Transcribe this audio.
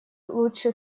лучше